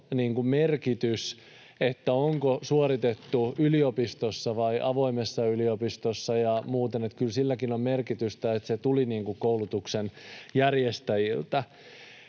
merkitys, onko tutkinto suoritettu yliopistossa vai avoimessa yliopistossa vai muuten, niin että kyllä silläkin on merkitystä, että se tuli koulutuksen järjestäjiltä.